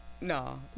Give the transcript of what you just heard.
no